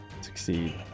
succeed